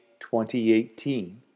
2018